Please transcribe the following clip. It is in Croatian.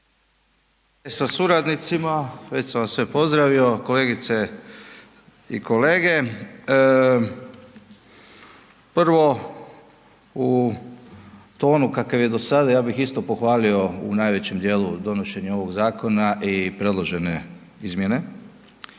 sa suradnicima, već sam vas sve pozdravio, kolegice i kolege. Prvo, u tonu kakav je do sada, ja bih isto pohvalio u najvećem djelu donošenje ovog zakona i predložene izmjene.